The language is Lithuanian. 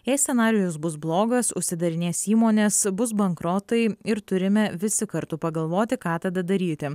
jei scenarijus bus blogas užsidarinės įmonės bus bankrotai ir turime visi kartu pagalvoti ką tada daryti